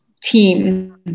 team